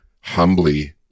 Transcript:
humbly